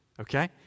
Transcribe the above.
Okay